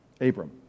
abram